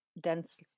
dense